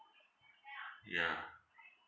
ya